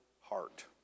heart